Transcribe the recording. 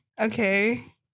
okay